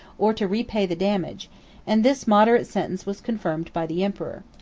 or to repay the damage and this moderate sentence was confirmed by the emperor.